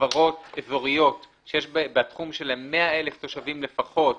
לחברות אזוריות שיש בתחום שלהן 100 אלף תושבים לפחות